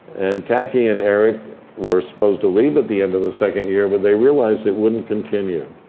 and kaki and eric were supposed to leave at the end of the second year. but they realized it wouldn't continue.